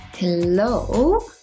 Hello